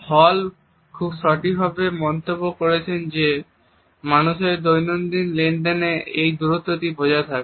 হল খুব সঠিকভাবে মন্তব্য করেছেন যে মানুষের দৈনন্দিন লেনদেনে এই দূরত্বটি বজায় থাকে